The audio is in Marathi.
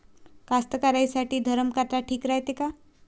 कास्तकाराइसाठी धरम काटा ठीक रायते का?